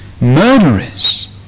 murderers